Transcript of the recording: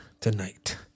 Tonight